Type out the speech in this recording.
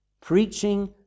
preaching